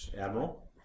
Admiral